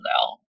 now